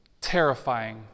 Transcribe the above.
terrifying